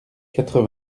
quatre